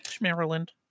Maryland